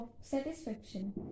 satisfaction